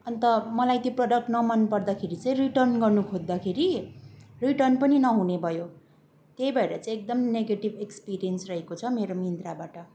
अन्त मलाई त्यो प्रडक्ट नमनपर्दाखेरि चाहिँ रिटर्न गर्नु खोज्दाखेरि रिटर्न पनि नहुने भयो त्यही भएर चाहिँ एकदम नेगेटिभ एक्सपिरियन्स रहेको छ मेरो मिन्त्राबाट